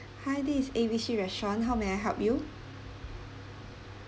hi this is A B C restaurant how may I help you